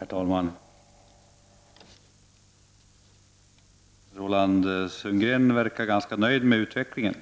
Herr talman! Roland Sundgren verkar ganska nöjd med utvecklingen.